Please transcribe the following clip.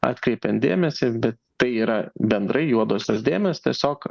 atkreipian dėmesį bet tai yra bendrai juodosios dėmės tiesiog